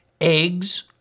eggs